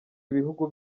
ibihugu